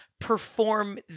perform